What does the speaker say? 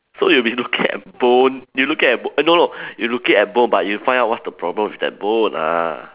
so you'll be looking at bone you looking at b~ eh no you looking at bone but you find out what's the problem with that bone ah